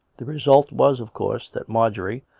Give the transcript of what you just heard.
the result was, of course, that marjorie,